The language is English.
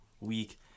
week